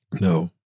No